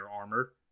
Armor